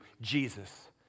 Jesus